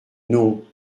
non